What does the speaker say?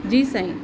जी सांई